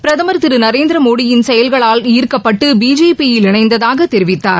பிரதமர் திரு நரேந்திரமோடியின் செயல்களால் ஈர்க்கப்பட்டு பிஜேபியில் இணைந்ததாக தெரிவித்தார்